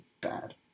bad